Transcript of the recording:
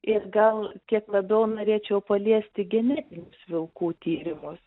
ir gal kiek labiau norėčiau paliesti genetinius vilkų tyrimus